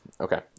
okay